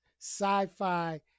sci-fi